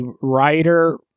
writer